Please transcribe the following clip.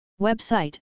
Website